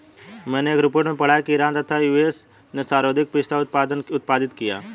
मैनें एक रिपोर्ट में पढ़ा की ईरान तथा यू.एस.ए ने सर्वाधिक पिस्ता उत्पादित किया